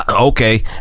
Okay